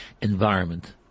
environment